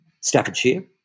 Staffordshire